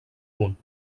punt